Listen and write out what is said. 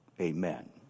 Amen